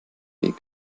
weg